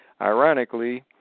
ironically